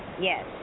Yes